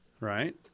Right